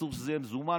אסור שזה יהיה מזומן,